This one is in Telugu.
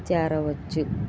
చేరవచ్చు